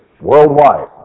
worldwide